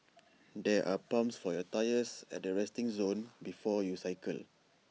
there are pumps for your tyres at the resting zone before you cycle